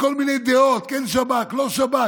וכל מיני דעות, כן שב"כ, לא שב"כ.